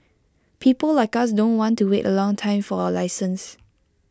people like us don't want to wait A long time for A license